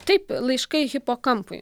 taip laiškai hipokampui